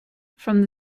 from